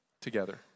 together